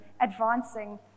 advancing